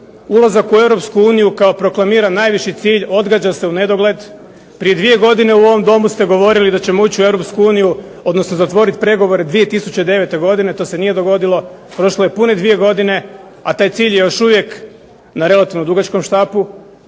ulazak u EU kao proklamiran najviši cilj odgađa se u nedogled. Prije 2 godine u ovom Domu ste govorili da ćemo ući u EU, odnosno zatvoriti pregovore 2009. godine, to se nije dogodilo. Prošlo je pune 2 godine, a taj cilj je još uvijek na relativno dugačkom štapu.